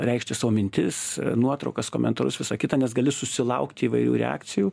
reikšti savo mintis nuotraukas komentarus visa kita nes gali susilaukti įvairių reakcijų